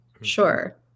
sure